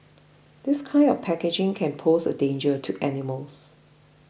this kind of packaging can pose a danger to animals